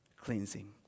cleansing